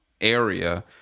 area